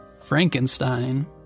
Frankenstein